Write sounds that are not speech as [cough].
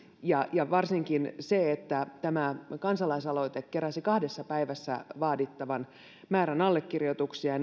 ja ja varsinkin se että tämä kansalaisaloite keräsi kahdessa päivässä vaadittavan määrän allekirjoituksia [unintelligible]